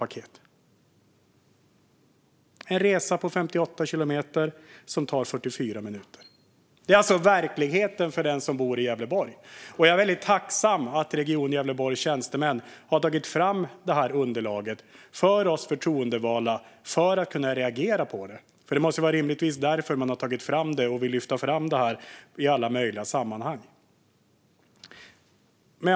Det är en resa på 58 kilometer som tar 44 minuter. Detta är nämligen verkligheten för den som bor i Gävleborg. Jag är väldigt tacksam för att Region Gävleborgs tjänstemän har tagit fram detta underlag för oss förtroendevalda att reagera på. Det måste rimligtvis vara därför man har tagit fram det och vill lyfta fram detta i alla möjliga sammanhang.